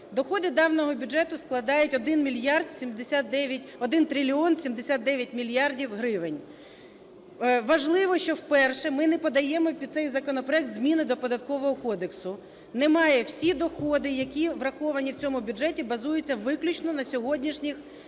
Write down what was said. Доходи даного бюджету складають 1 мільярд 79… 1 трильйон 79 мільярдів гривень. Важливо, що вперше ми не подаємо під цей законопроект зміни до Податкового кодексу. Немає. Всі доходи, які враховані в цьому бюджеті, базуються виключно на сьогоднішніх